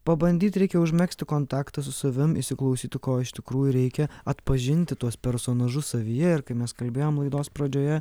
pabandyt reikia užmegzti kontaktą su savim įsiklausyti ko iš tikrųjų reikia atpažinti tuos personažus savyje ir kai mes kalbėjom laidos pradžioje